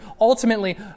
ultimately